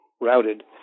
routed